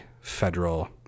Federal